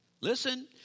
Listen